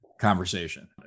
conversation